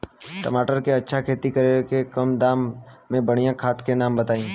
टमाटर के अच्छा खेती करेला कम दाम मे बढ़िया खाद के नाम बताई?